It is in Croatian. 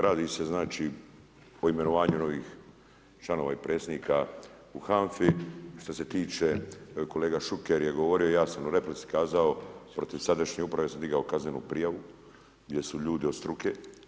Radi se znači, po imenovanju novih članova i predsjednika u HANFA-i, što se tiče kolega Šuker je govorio i ja sam u replici kazao, protiv sadašnje uprave sam digao kaznenu prijavu, gdje su ljudi od struke.